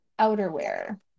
outerwear